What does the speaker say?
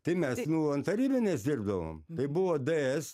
tai mes nu an tarybinės dirbdavom tai buvo d s